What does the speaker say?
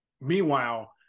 meanwhile